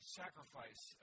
sacrifice